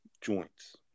joints